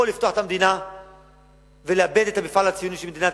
או לפתוח את המדינה ולאבד את המפעל הציוני של מדינת